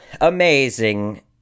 amazing